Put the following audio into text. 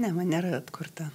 ne man nėra atkurta